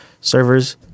servers